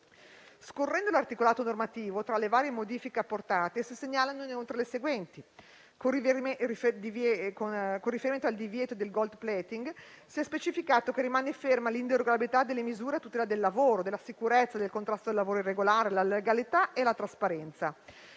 Scorrendo l'articolato normativo, tra le varie modifiche apportate si segnalano inoltre le seguenti: con riferimento al divieto di *gold plating*, si è specificato che rimane ferma l'inderogabilità delle misure a tutela del lavoro, della sicurezza, del contrasto al lavoro irregolare, della legalità e della trasparenza.